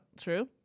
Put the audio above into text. True